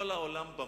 כל העולם במה.